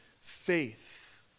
faith